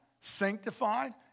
sanctified